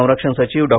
संरक्षण सचिव डॉ